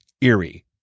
eerie